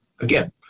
Again